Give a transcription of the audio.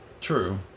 True